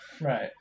Right